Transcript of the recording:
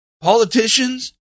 politicians